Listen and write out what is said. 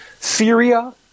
Syria